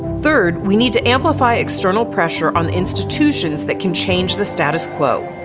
third we need to amplify external pressure on institutions that can change the status quo.